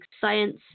science